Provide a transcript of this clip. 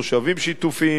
מושבים שיתופיים,